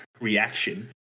reaction